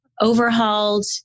overhauled